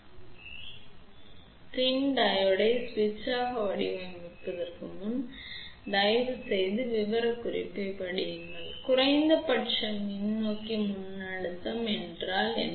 எனவே நீங்கள் PIN diode ஒரு சுவிட்சாக வடிவமைப்பதற்கு முன் தயவுசெய்து விவரக்குறிப்பைப் படியுங்கள் குறைந்தபட்ச முன்னோக்கி மின்னழுத்தம் என்ன